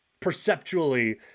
perceptually